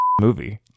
movie